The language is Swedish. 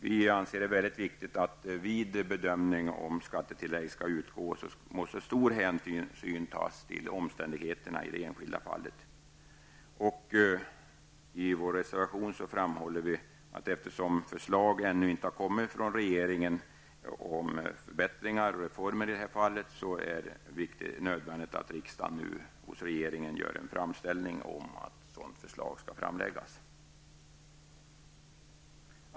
Vi anser det mycket viktigt att stor hänsyn tas till omständigheterna i det enskilda fallet i samband med bedömning av i fall skattetillägg skall utgå. I vår reservation framhåller vi, att eftersom förslag ännu inte har kommit från regeringen om förbättringar och reformer i det här fallet, är det nu nödvändigt att riksdagen hos regeringen gör en framställning om att sådant förslag skall framläggas.